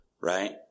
right